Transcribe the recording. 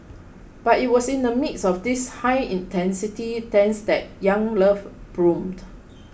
but it was in the midst of these high density tents that young love bloomed